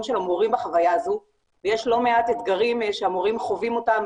של המורים בחוויה הזו ויש לא מעט אתגרים שהמורים חווים אותם